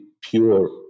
pure